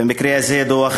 במקרה הזה דוח